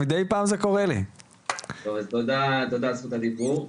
על זכות הדיבור.